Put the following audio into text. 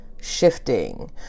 shifting